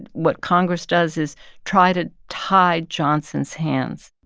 what congress does is try to tie johnson's hands.